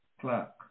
Clark